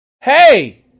Hey